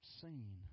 seen